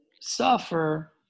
suffer